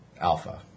Alpha